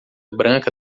branca